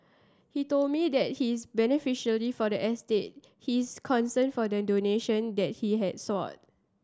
he told me that his beneficiary for the estate his consent for the donation that he has sought